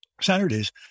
Saturdays